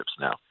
now